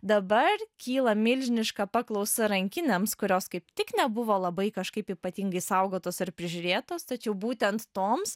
dabar kyla milžiniška paklausa rankinėms kurios kaip tik nebuvo labai kažkaip ypatingai saugotos ar prižiūrėtos tačiau būtent toms